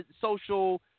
social